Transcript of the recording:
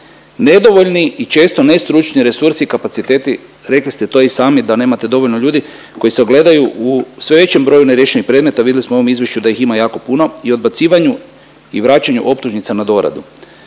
Nedovoljni i često nestručni resursi i kapaciteti, rekli ste to i sami da nemate dovoljno ljudi koji se ogledaju u sve većem broju neriješenih predmeta, vidjeli smo u ovom Izvješću da ih ima jako puno i odbacivanju i vraćanju optužnica na doradu.